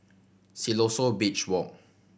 Siloso Beach Walk